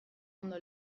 ondo